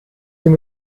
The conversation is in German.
dem